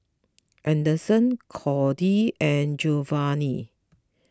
anderson Codi and Geovanni